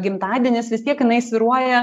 gimtadienis vis tiek jinai svyruoja